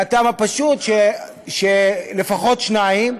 מהטעם הפשוט, לפחות 2 מיליארד,